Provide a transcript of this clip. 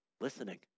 listening